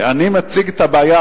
אני מציג את הבעיה,